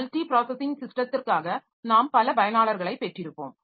multi processing சிஸ்டத்திற்காக நாம் பல பயனாளர்களைப் பெற்றிருப்போம்